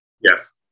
Yes